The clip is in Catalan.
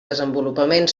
desenvolupament